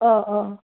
অঁ অঁ